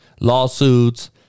lawsuits